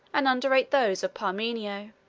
and underrate those of parmenio.